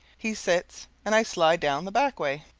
he sits and i slide down the back way.